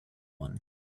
one